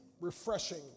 refreshing